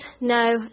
no